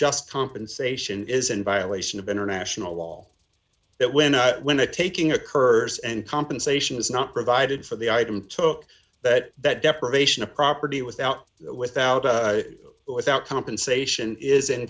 just compensation is in violation of international law that when when the taking occurs and compensation is not provided for the item took but that deprivation of property without without without compensation is in